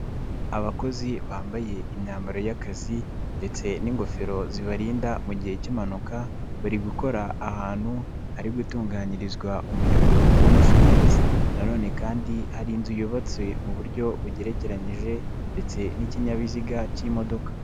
Abakozi bambaye imyambaro y'akazi ndetse n'ingofero zibarinda mu gihe cy'impanuka, bari gukora ahantu, hari gutunganyirizwa umuyoboro w'amashanyarazi nan none kandi hari inzu yubatswe mu buryo bugerekeranyije n'ikinyabiziga cy'imodoka.